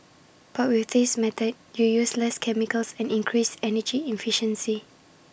but with this method you use less chemicals and increase energy efficiency